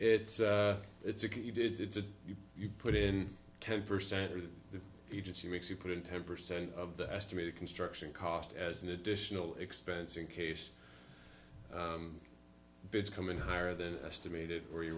it's it's a he did it to you you put in ten percent of the agency makes you put in ten percent of the estimated construction cost as an additional expense in case bids come in higher than estimated or you